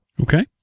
Okay